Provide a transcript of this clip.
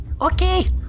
Okay